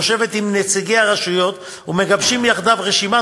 יושבת עם נציגי הרשויות ומגבשים יחדיו רשימת